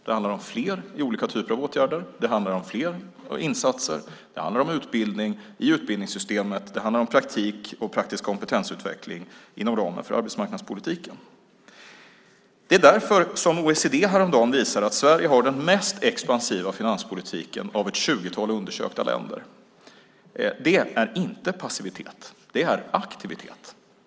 Det handlar om fler i olika typer av åtgärder, om fler insatser, om utbildning i utbildningssystemet, om praktik och praktisk kompetensutveckling inom ramen för arbetsmarknadspolitiken. Det är därför som OECD häromdagen visade att Sverige har den mest expansiva finanspolitiken av ett tjugotal undersökta länder. Det är inte passivitet. Det är aktivitet.